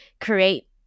create